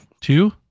two